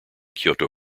kyoto